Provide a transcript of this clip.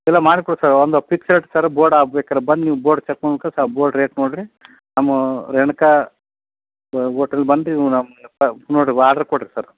ಇಲ್ಲ ಮಾಡ್ಕೊಡತ್ತೆ ಸರ್ ಒಂದು ಪಿಕ್ಸ್ ರೇಟ್ ಸರ್ ಬೋರ್ಡ ಬೇಕಾದ್ರೆ ಬಂದು ನೀವು ಬೋರ್ಡ್ ಚೆಕ್ ಆ ಬೋರ್ಡ್ ರೇಟ್ ನೋಡಿರಿ ನಮ್ಮ ರೇಣುಕಾ ಓಟೆಲ್ ಬಂದು ನೀವು ನಮ್ಮ ನೋಡಿರಿ ಆರ್ಡ್ರ್ ಕೊಡಿರಿ ಸರ್